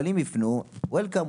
אבל אם יפנו וולקאם,